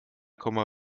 komma